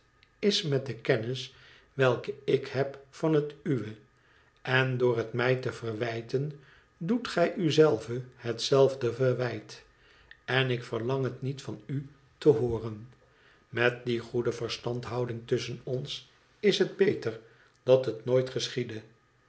is met de kennis welke ik heb van het uwe en aoor het mij te verwijten doet gij u zelve hetzelfde verwijt en ik verlang het niet van u te hooren met die goede verstandhoudmg tusschen ons is het beter dat het nooit geschiede